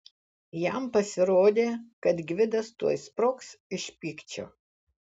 jam pasirodė kad gvidas tuoj sprogs iš pykčio